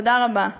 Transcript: תודה רבה.